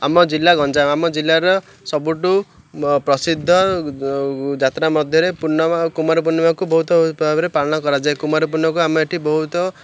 ଆମ ଜିଲ୍ଲା ଗଞ୍ଜାମ ଆମ ଜିଲ୍ଲାର ସବୁଠୁ ପ୍ରସିଦ୍ଧ ଯାତ୍ରା ମଧ୍ୟରେ ପୂର୍ଣ୍ଣମା କୁମାର ପୂର୍ଣ୍ଣିମାକୁ ବହୁତ ଭାବରେ ପାଳନ କରାଯାଏ କୁମାର ପୂର୍ଣ୍ଣିମାକୁ ଆମେ ଏଠି ବହୁତ